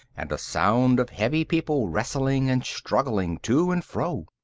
and a sound of heavy people wrestling and struggling to and fro.